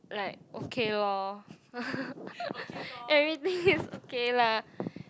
like okay lor everything is okay lah